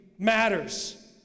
Matters